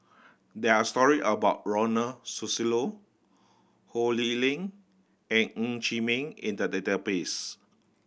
there are story about Ronald Susilo Ho Lee Ling and Ng Chee Meng in the database